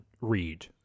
read